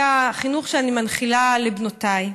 זה החינוך שאני מנחילה לבנותיי.